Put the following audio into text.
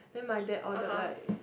then my dad ordered like